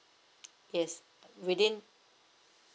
yes within